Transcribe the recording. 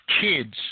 kids